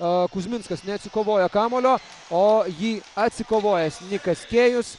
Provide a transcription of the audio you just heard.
a kuzminskas neatsikovojo kamuolio o jį atsikovojęs nikas kėjus